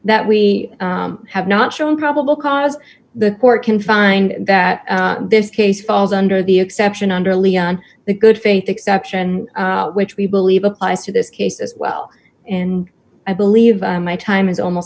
that we have not shown probable cause the court can find that this case falls under the exception under leon the good faith exception which we believe applies to this case as well and i believe my time is almost